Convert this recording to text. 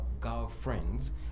girlfriends